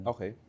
Okay